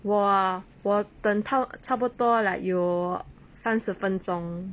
!wah! 我等到差不多 like 有三十分钟